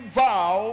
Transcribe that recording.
vow